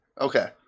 okay